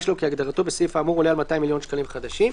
שלו כהגדרתו בסעיף האמור עולה על 200 מיליון שקלים חדשים.